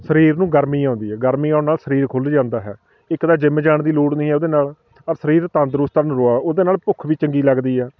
ਸਰੀਰ ਨੂੰ ਗਰਮੀ ਆਉਂਦੀ ਆ ਗਰਮੀ ਆਉਣ ਨਾਲ ਸਰੀਰ ਖੁੱਲ੍ਹ ਜਾਂਦਾ ਹੈ ਇੱਕ ਤਾਂ ਜਿੰਮ ਜਾਣ ਦੀ ਲੋੜ ਨਹੀਂ ਹੈ ਉਹਦੇ ਨਾਲ ਔਰ ਸਰੀਰ ਤੰਦਰੁਸਤ ਔਰ ਨਰੋਆ ਉਹਦੇ ਨਾਲ ਭੁੱਖ ਵੀ ਚੰਗੀ ਲੱਗਦੀ ਆ